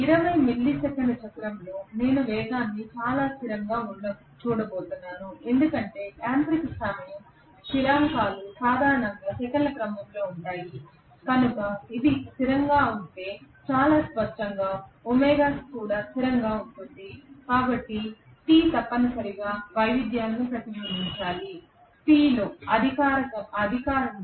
20 millisecond చక్రంలో నేను వేగాన్ని చాలా స్థిరంగా చూడబోతున్నాను ఎందుకంటే యాంత్రిక సమయ స్థిరాంకాలు సాధారణంగా సెకన్ల క్రమంలో ఉంటాయి కనుక ఇది స్థిరంగా ఉంటే చాలా స్పష్టంగా ఒమేగా స్థిరంగా ఉంటుంది కాబట్టి T తప్పనిసరిగా వైవిధ్యాలను ప్రతిబింబించాలి P లో అధికారంలో